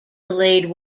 delayed